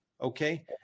Okay